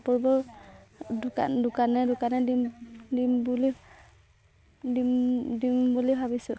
কাপোৰ দোকানে দিম দিম বুলি দিম দিম বুলি ভাবিছোঁ